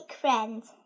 friends